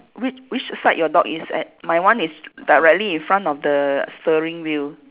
which which side your dog is at my one is directly in front of the steering wheel